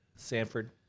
Sanford